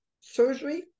surgery